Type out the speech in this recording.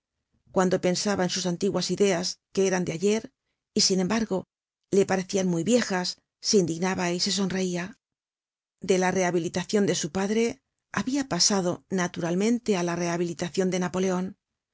cuando pensaba en sus antiguas ideas que eran de ayer y sin embargo le parecian muy viejas se indignaba y se sonreia de la rehabilitacion de su padre habia pasado naturalmente á la rehabilitacion de napoleon